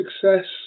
success